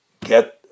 get